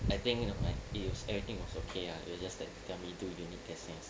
I think um like it was everything was okay ah it was just that tell me do unique things